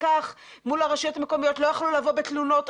מול הרשויות המקומיות לא יוכלו לבוא בתלונות.